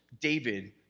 David